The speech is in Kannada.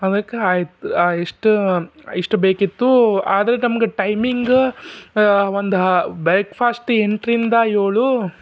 ಅದಕ್ಕೆ ಆಯ್ತು ಇಷ್ಟು ಇಷ್ಟು ಬೇಕಿತ್ತು ಆದ್ರೆ ನಮ್ಗೆ ಟೈಮಿಂಗ್ ಒಂದು ಹ ಬ್ರೇಕ್ಫಾಸ್ಟ್ ಎಂಟರಿಂದ ಏಳು